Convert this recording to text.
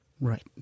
Right